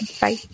Bye